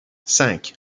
cinq